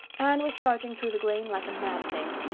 anne was charging through the grain like a mad thing.